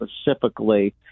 specifically